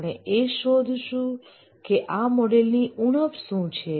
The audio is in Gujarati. આપણે એ શોધ શું કે આ મોડલની ઉણપ શું છે